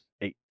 eight